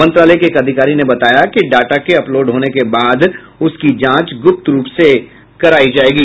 मंत्रालय के एक अधिकारी ने बताया कि डाटा के अपलोड होने के बाद उसकी जांच गुप्त रूप से करायी जायेगी